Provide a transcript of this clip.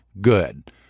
Good